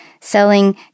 Selling